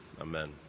Amen